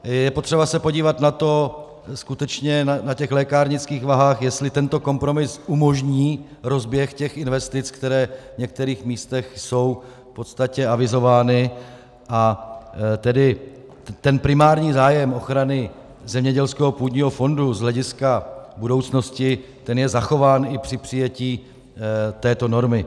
Je potřeba se podívat na to skutečně na těch lékárnických vahách, jestli tento kompromis umožní rozběh investic, které v některých místech jsou v podstatě avizovány, a tedy ten primární zájem ochrany zemědělského půdního fondu z hlediska budoucnosti, ten je zachován i při přijetí této normy.